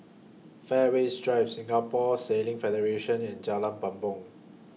Fairways Drive Singapore Sailing Federation and Jalan Bumbong